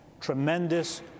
tremendous